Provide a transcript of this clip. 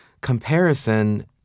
comparison